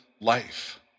life